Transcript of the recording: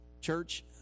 Church